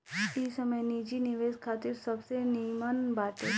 इ समय निजी निवेश खातिर सबसे निमन बाटे